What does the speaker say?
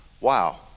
wow